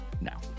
now